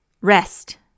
rest